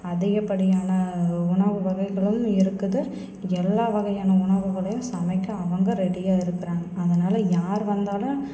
அதிகப்படியான உணவு வகைகளும் இருக்குது எல்லா வகையான உணவுகளையும் சமைக்க அவங்க ரெடியாக இருக்கிறாங்க அதனால் யார் வந்தாலும்